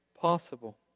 possible